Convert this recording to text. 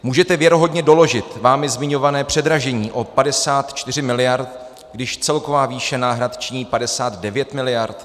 Můžete věrohodně doložit vámi zmiňované předražení o 54 miliard, když celková výše náhrad činí 59 miliard?